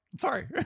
sorry